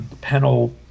panel